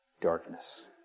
darkness